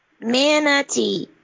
Manatee